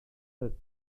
sotte